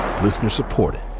Listener-supported